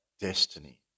destiny